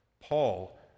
Paul